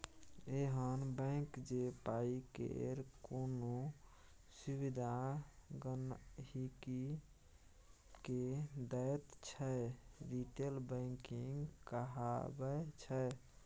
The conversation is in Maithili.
एहन बैंक जे पाइ केर कोनो सुविधा गांहिकी के दैत छै रिटेल बैंकिंग कहाबै छै